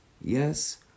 yes